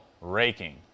raking